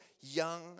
young